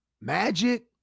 Magic